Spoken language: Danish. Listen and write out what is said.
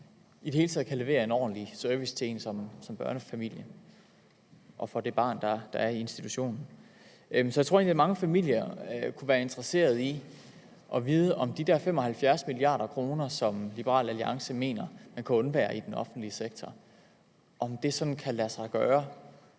i det hele taget kan levere en ordentlig service til børnefamilierne og til de børn, der er i institutionerne. Så jeg tror egentlig, at mange familier kunne være interesseret i at vide, om det kan lade sig gøre at undvære 75 mia. kr. i den offentlige sektor – hvad Liberal